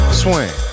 swing